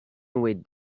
with